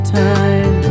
time